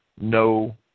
no